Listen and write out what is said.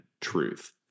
truth